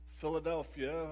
Philadelphia